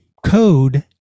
Code